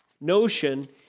notion